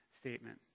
statement